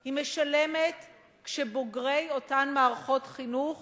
היא משלמת כשבוגרי אותן מערכות חינוך